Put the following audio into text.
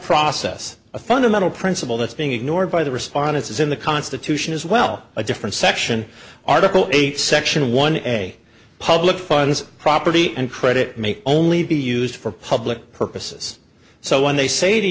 process a fundamental principle that's being ignored by the respondents is in the constitution as well a different section article eight section one a public funds property and credit make only be used for public purposes so when they say to